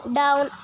down